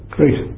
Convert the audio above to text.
Great